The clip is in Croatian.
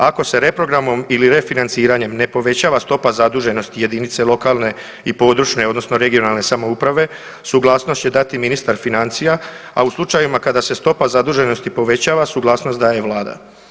Ako se reprogramom ili refinanciranje ne povećava stopa zaduženosti jedinica lokalne i područne odnosno regionalne samouprave, suglasnost će dati ministar financija a u slučajevima kada se stopa zaduženosti povećava, suglasnost daje Vlada.